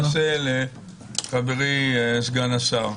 לחברי סגן השר,